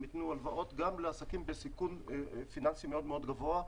יתנו הלוואות לעסקים בסיכון פיננסי מאוד גבוהה,